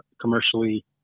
commercially